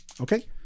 Okay